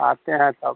आते हैं तब